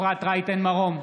אפרת רייטן מרום,